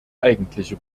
eigentliche